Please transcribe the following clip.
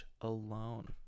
alone